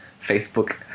facebook